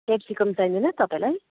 capsicum चाहिँदैन तपाईँलाई